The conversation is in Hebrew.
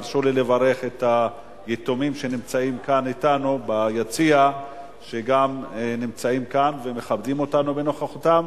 תרשו לברך את היתומים שנמצאים כאן אתנו ביציע ומכבדים אותנו בנוכחותם,